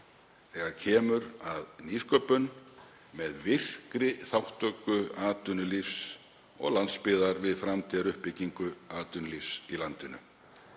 þegar kemur að nýsköpun með virkri þátttöku atvinnulífs og landsbyggðar við framtíðaruppbyggingu atvinnulífs í landinu.